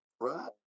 right